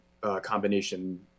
combination